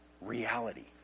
reality